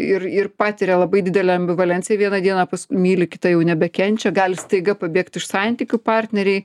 ir ir patiria labai didelę ambivalenciją vieną dieną pas myli kitą jau nebekenčia gali staiga pabėgt iš santykių partneriai